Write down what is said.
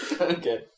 Okay